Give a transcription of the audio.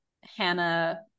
Hannah